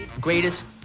Greatest